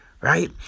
right